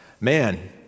man